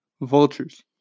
Vultures